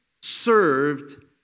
served